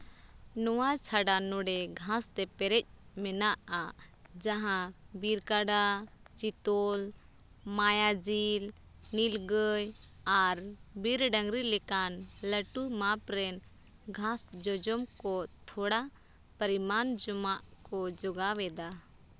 ᱱᱚᱣᱟ ᱪᱷᱟᱰᱟ ᱱᱚᱰᱮ ᱜᱷᱟᱥ ᱛᱮ ᱯᱮᱨᱮᱡ ᱢᱮᱱᱟᱜᱼᱟ ᱡᱟᱦᱟᱸ ᱵᱤᱨ ᱠᱟᱰᱟ ᱪᱤᱛᱚᱞ ᱢᱟᱭᱟᱡᱤᱞ ᱱᱤᱞ ᱜᱟᱹᱭ ᱟᱨ ᱵᱤᱨ ᱰᱟᱝᱨᱤ ᱞᱮᱠᱟᱱ ᱞᱟᱹᱴᱩ ᱢᱟᱯ ᱨᱮᱱ ᱜᱷᱟᱥ ᱡᱚᱡᱚᱢ ᱠᱚ ᱛᱷᱚᱲᱟ ᱯᱚᱨᱤᱢᱟᱱ ᱡᱚᱢᱟᱜ ᱠᱚ ᱡᱳᱜᱟᱣ ᱮᱫᱟ